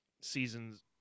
seasons